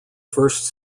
first